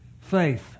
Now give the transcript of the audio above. Faith